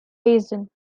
basin